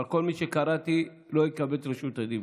אבל כל מי שקראתי לא יקבל את רשות הדיבור.